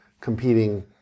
competing